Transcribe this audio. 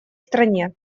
стране